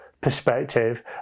perspective